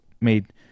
made